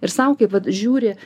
ir sau kaip vat žiūri